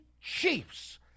Chiefs